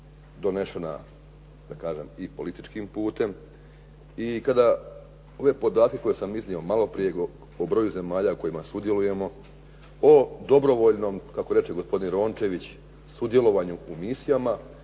da kažem i političkim putem i kada ove podatke koje sam iznio malo prije o broju zemalja u kojima sudjelujemo, o dobrovoljnom kako reče gospodin Rončević sudjelovanju u misijama